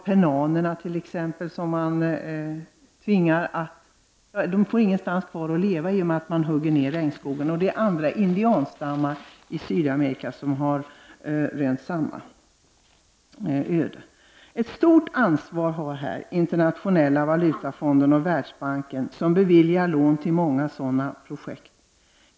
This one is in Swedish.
Penanerna har inte kvar något område att leva i sedan regnskogen huggits ned. Även andra indianstammar i Sydamerika har rönt samma öde. Här har Internationella valutafonden och Världsbanken, som beviljar lån till många sådana projekt, ett stort ansvar.